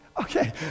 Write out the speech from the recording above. Okay